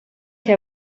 che